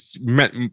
met